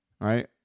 right